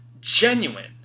genuine